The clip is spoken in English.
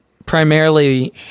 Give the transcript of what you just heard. Primarily